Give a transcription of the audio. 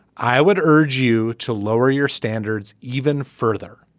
i would urge you to lower your standards even further